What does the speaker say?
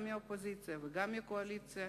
גם מהאופוזיציה וגם מהקואליציה,